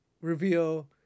reveal